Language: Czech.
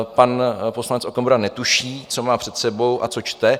Pan poslanec Okamura netuší, co má před sebou a co čte.